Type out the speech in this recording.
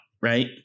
Right